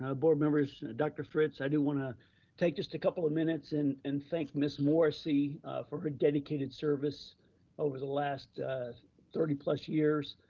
ah board members, dr. fritz, i do wanna take just a couple of minutes and and thank ms. morrissey for her dedicated service over the last thirty plus years.